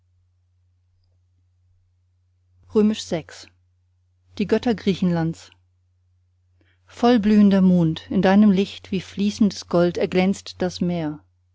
die götter griechenlands vollblühender mond in deinem licht wie fließendes gold erglänzt das meer